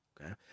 Okay